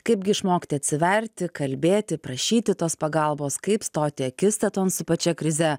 kaipgi išmokti atsiverti kalbėti prašyti tos pagalbos kaip stoti akistaton su pačia krize